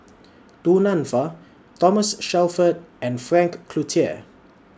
Du Nanfa Thomas Shelford and Frank Cloutier